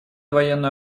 военную